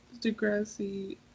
Degrassi